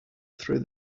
through